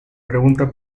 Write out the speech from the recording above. pregunta